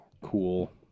cool